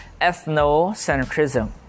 ethnocentrism